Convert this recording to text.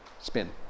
Spin